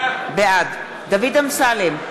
בעד דוד אמסלם,